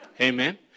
Amen